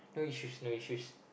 no issues no issues